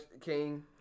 king